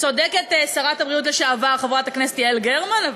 צודקת שרת הבריאות לשעבר חברת הכנסת יעל גרמן,